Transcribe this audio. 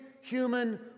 human